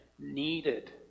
needed